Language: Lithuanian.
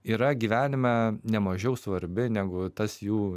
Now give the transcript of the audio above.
yra gyvenime nemažiau svarbi negu tas jų